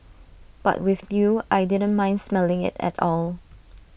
but with you I didn't mind smelling IT at all